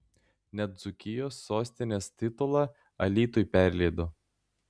net dzūkijos sostinės titulą alytui perleido